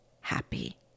happy